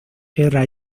era